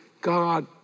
God